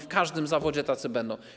W każdym zawodzie tacy będą.